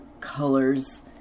colors